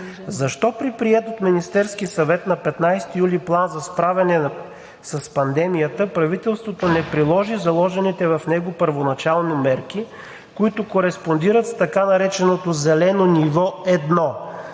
Защо при приет от Министерския съвет на 15 юли План за справяне с пандемията правителството не приложи заложените в него първоначални мерки, които кореспондират с така нареченото Зелено Ниво 1?